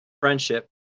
friendship